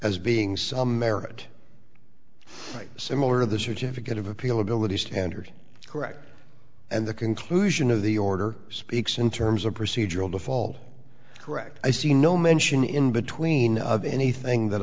as being some merit similar to the certificate of appeal ability standard correct and the conclusion of the order speaks in terms of procedural default correct i see no mention in between of